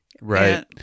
Right